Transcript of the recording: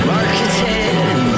Marketing